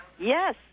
Yes